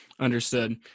Understood